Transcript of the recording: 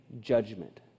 judgment